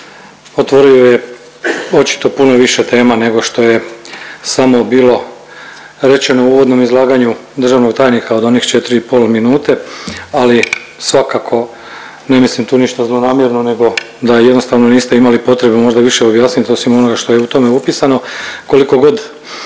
otvorio je očito puno više tema nego što je samo bilo rečeno u uvodnom izlaganju državnog tajnika od onih 4 i pol minute, ali svakako ne mislim tu ništa zlonamjerno nego da jednostavno niste imali potrebu možda više objasnit osim onoga što je u tome upisano.